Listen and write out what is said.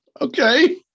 Okay